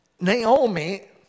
Naomi